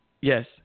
Yes